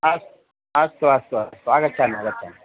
अस्तु अस्तु अस्तु अस्तु आगच्छामि आगच्छामि